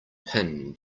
pin